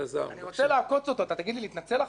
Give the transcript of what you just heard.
אם אעקוץ את אלעזר, תגיד לי להתנצל, ניסן?